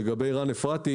לגבי רן אפרתי,